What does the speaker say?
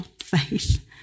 faith